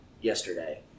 yesterday